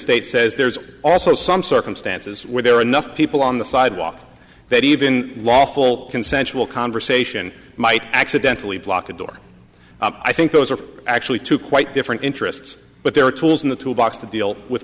state says there's also some circumstances where there are enough people on the sidewalk that even lawful consensual conversation might accidentally block a door i think those are actually two quite different interests but there are tools in the toolbox to deal with